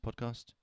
Podcast